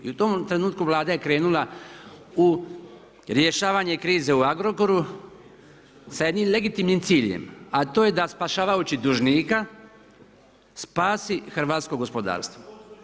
I u tom trenutku Vlada je krenula u rješavanje krize u Agrokoru sa jednim legitimnim ciljem, a to je da spašavajući dužnika spasi hrvatsko gospodarstvo.